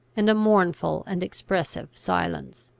and a mournful and expressive silence.